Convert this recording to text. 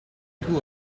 two